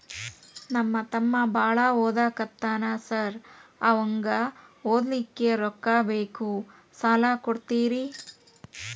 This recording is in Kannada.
ನಮ್ಮ ತಮ್ಮ ಬಾಳ ಓದಾಕತ್ತನ ಸಾರ್ ಅವಂಗ ಓದ್ಲಿಕ್ಕೆ ರೊಕ್ಕ ಬೇಕು ಸಾಲ ಕೊಡ್ತೇರಿ?